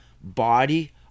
body